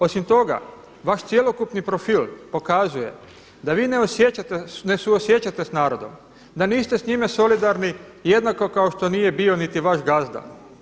Osim toga vaš cjelokupni profil pokazuje da vi ne suosjećate s narodom, da niste s njime solidarni jednako kao što nije bio niti vaš gazda.